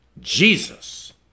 Jesus